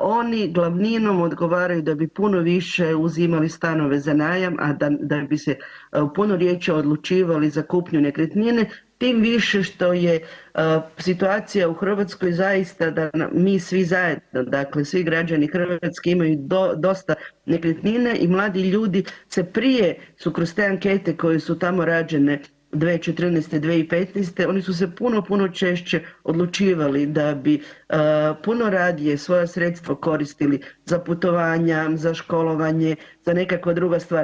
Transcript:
oni glavninom odgovaraju da bi puno više uzimali stanove za najam, a da bi se puno rjeđe odlučivali za kupnju nekretnine tim više što je situacija u Hrvatskoj zaista da mi svi zajedno, dakle svi građani Hrvatske imaju dosta nekretnina i mladi ljudi se prije su kroz te ankete koje su tamo rađene 2014.-2015. oni su se puno puno češće odlučivali da bi puno radije svoja sredstva koristili za putovanja, za školovanje, za nekakve druge stvari.